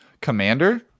commander